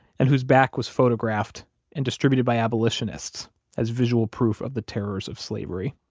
and whose back was photographed and distributed by abolitionists as visual proof of the terrors of slavery